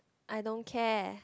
I don't care